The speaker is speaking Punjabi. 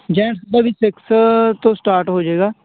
ਜੈਂਟਸ ਦਾ ਵੀ ਸਿਕਸ ਤੋਂ ਸਟਾਰਟ ਹੋ ਜੇਗਾ